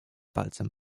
palcem